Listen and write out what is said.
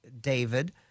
David